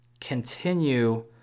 continue